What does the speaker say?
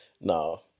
No